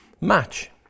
match